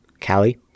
Callie